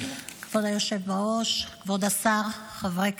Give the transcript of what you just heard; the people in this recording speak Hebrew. כבוד היושב-ראש, כבוד השר, חברי כנסת,